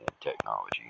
technology